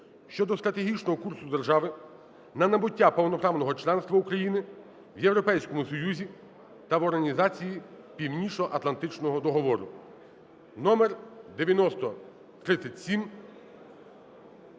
(щодо стратегічного курсу держави на набуття повноправного членства України в Європейському Союзі та в Організації Північноатлантичного договору) (№ 9037).